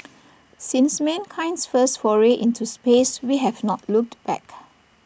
since mankind's first foray into space we have not looked back